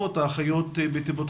הוועדה קיימה דיונים בסוגיית טיפות